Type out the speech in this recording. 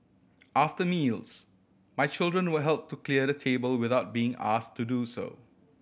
after meals my children will help to clear the table without being asked to do so